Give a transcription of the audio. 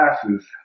classes